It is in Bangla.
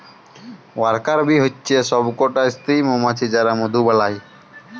ওয়ার্কার বী হচ্যে সব কটা স্ত্রী মমাছি যারা মধু বালায়